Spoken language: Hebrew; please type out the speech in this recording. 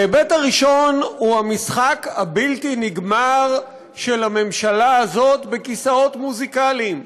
ההיבט הראשון הוא המשחק הבלתי-נגמר של הממשלה הזאת בכיסאות מוזיקליים,